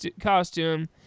costume